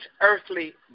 earthly